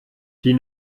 die